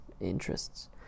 interests